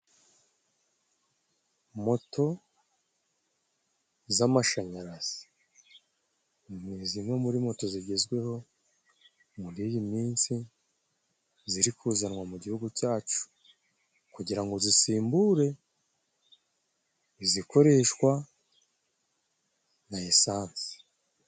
Moto z'amashanyarazi, ni zimwe muri moto zigezweho muriyi minsi. Ziri kuzanwa mu Gihugu cyacu, kugira ngo zisimbure izikoreshwa na lisansi.